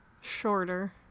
shorter